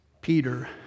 Peter